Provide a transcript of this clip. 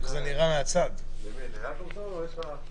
הישיבה נעולה.